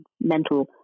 Mental